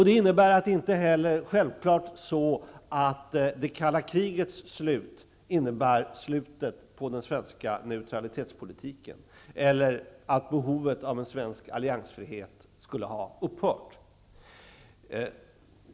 Det kalla krigets slut har självfallet inte inneburit slutet på den svenska neutralitetspolitiken eller att behovet av en svensk alliansfrihet skulle ha upphört.